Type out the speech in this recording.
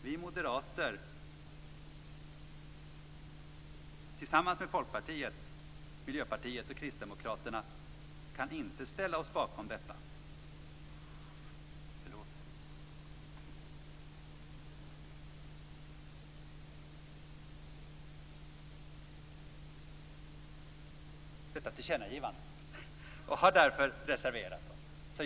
Vi moderater, tillsammans med Folkpartiet, Miljöpartiet och Kristdemokraterna, kan inte ställa oss bakom detta tillkännagivande och har därför reserverat oss.